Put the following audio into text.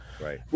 Right